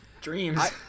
Dreams